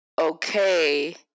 okay